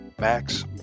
Max